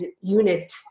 unit